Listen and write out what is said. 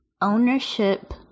ownership